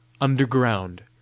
underground